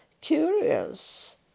curious